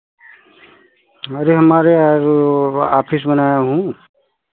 अरे हमारे यार आफिस में बनाया हूँ